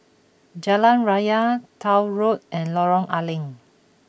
Jalan Raya Tuah Road and Lorong A Leng